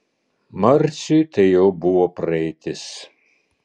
marciui tai jau buvo praeitis